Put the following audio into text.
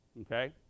Okay